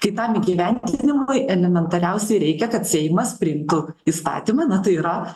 kitam įgyvendinimui elementariausiai reikia kad seimas priimtų įstatymąna tai yra